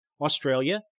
Australia